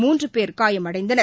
மூன்றுபேர் காயமடைந்தனர்